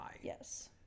Yes